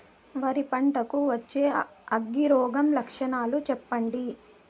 వరి పంట కు వచ్చే అగ్గి రోగం లక్షణాలు చెప్పండి?